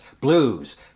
blues